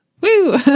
Woo